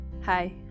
hi